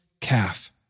calf